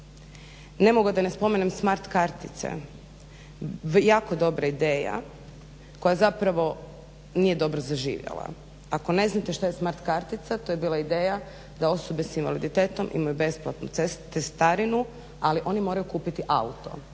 Ne mogu a da ne spomenem smart kartice, jako dobra ideja koja zapravo nije dobro zaživjela. Ako ne znate što je smart kartica to je bila ideja da osobe s invaliditetom imaju besplatnu cestarinu ali oni moraju kupiti auto.